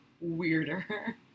weirder